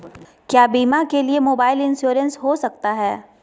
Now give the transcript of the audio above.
क्या बीमा के लिए मोबाइल इंश्योरेंस हो सकता है?